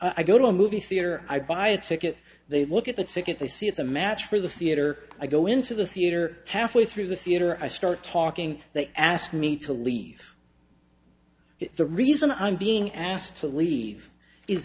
i go to a movie theater i buy a ticket they look at the ticket they see it's a match for the theater i go into the theater halfway through the theater i start talking they ask me to leave the reason i'm being asked to leave is